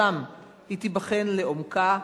שם היא תיבחן לעומקה,